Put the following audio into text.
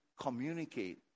communicate